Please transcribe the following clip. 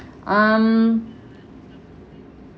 um